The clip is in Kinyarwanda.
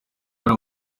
hari